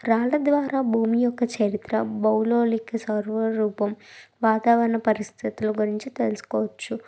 రాళ్ల ద్వారా భూమి యొక్క చరిత్ర భౌగోళిక స్వరూపం వాతావరణ పరిస్థితులు గురించి తెలుసుకోవచ్చు